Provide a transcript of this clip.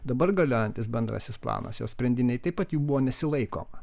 dabar galiojantis bendrasis planas jo sprendiniai taip pat jų buvo nesilaikoma